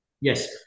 Yes